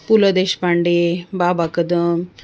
Pu La Deshpande Baba Kadam